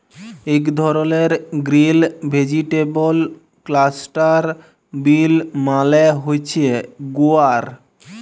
ইক ধরলের green vegetable cluster bean মালে হছে গুয়ার